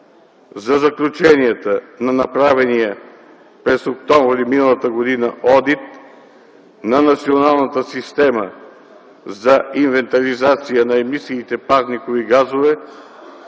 за заключенията на направения през октомври м.г. одит на Националната система за инвентаризация на емисиите парникови газове,